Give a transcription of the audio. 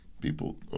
People